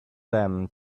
them